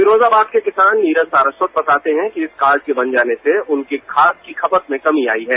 फिरोजाबाद के किसान नीरज साशवत बताते हैं कि इस कार्ड के बन जाने से उनकी खाद की खपत में कमी आई है